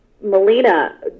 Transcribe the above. melina